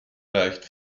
leicht